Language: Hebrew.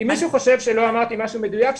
אם מישהו חושב שלא אמרתי משהו מדויק,